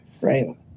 right